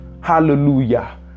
Hallelujah